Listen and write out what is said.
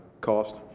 cost